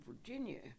Virginia